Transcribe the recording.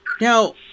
Now